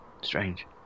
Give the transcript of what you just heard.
Strange